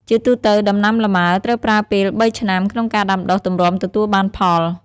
ជាទូទៅ ដំណាំលម៉ើ ត្រូវប្រើពេល៣ឆ្នាំ ក្នុងការដាំដុះ ទម្រាំទទួលបានផល។